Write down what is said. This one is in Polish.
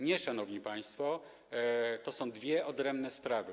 Nie, szanowni państwo, to są dwie odrębne sprawy.